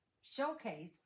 showcase